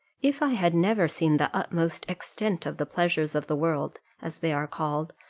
if i had never seen the utmost extent of the pleasures of the world, as they are called,